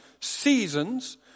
seasons